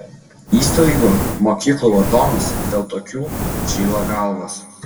įstaigų mokyklų vadovams dėl tokių žyla galvos